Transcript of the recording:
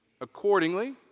accordingly